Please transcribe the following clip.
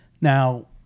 Now